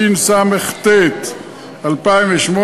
התשס"ט 2008,